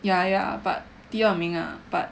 yeah yeah but 第二名 ah but